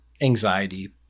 anxiety